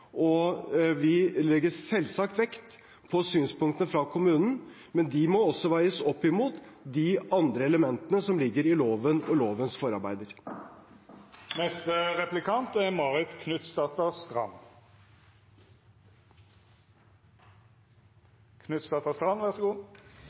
Vi legger selvsagt vekt på synspunktene fra kommunen, men de må veies opp mot de elementene som ligger i loven og lovens